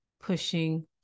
pushing